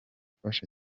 ufasha